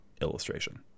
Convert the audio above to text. illustration